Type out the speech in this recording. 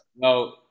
no